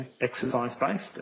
exercise-based